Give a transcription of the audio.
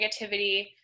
negativity